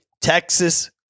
Texas